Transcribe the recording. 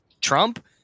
Trump